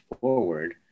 forward